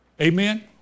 Amen